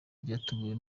ryateguwe